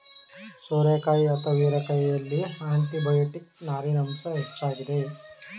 ಸೋರೆಕಾಯಿ ಅಥವಾ ಹೀರೆಕಾಯಿಯಲ್ಲಿ ಆಂಟಿಬಯೋಟಿಕ್, ನಾರಿನ ಅಂಶ ಹೆಚ್ಚಾಗಿದೆ